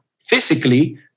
physically